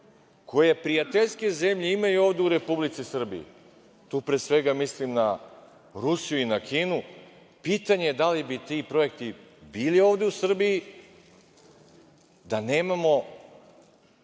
koje prijateljske zemlje imaju ovde u Republici Srbiji, tu pre svega mislim na Rusiju i na Kinu, pitanje je da li bi ti projekti bili ovde u Srbiji da nemamo